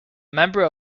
member